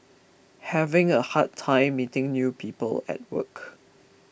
having a hard time meeting new people at work